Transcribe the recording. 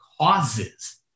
causes